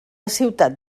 ciutat